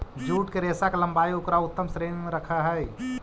jute के रेशा के लम्बाई उकरा उत्तम श्रेणी में रखऽ हई